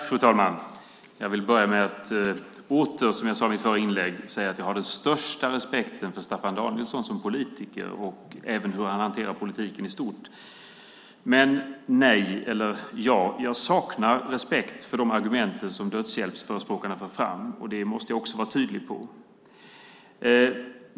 Fru talman! Jag vill börja med att åter, som jag gjorde i mitt förra inlägg, säga att jag har den största respekt för Staffan Danielsson som politiker, även för hur han hanterar politiken i stort, men jag saknar respekt för de argument som dödshjälpsförespråkarna för fram. Det måste jag också vara tydlig med.